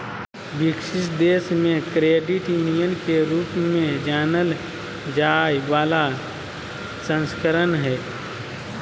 विकसित देश मे क्रेडिट यूनियन के रूप में जानल जाय बला संस्करण हइ